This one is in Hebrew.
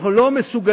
אבל אנחנו לא מסוגלים,